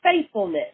faithfulness